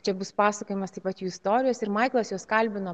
čia bus pasakojimas taip pat jų istorijos ir maiklas juos kalbino